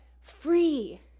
free